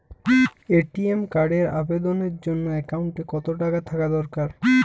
ATM কার্ডের আবেদনের জন্য অ্যাকাউন্টে কতো টাকা থাকা দরকার?